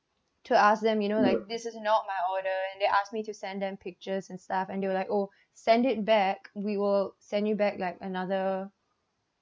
to ask them you know like this is not my order and they asked me to send them pictures and stuff and they were like oh send it back we will send you back like another